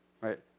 Right